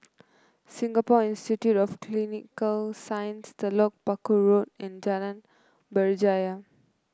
Singapore Institute for Clinical Sciences Telok Paku Road and Jalan Berjaya